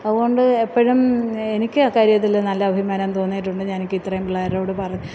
അത്കൊണ്ട് എപ്പഴും എനിക്ക് ആ കാര്യത്തിൽ നല്ല അഭിമാനം തോന്നിയിട്ടുണ്ട് ഞാൻ എനിക്ക് ഇത്രയും പിള്ളേരോട് പറ